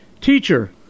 Teacher